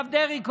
הרב דרעי,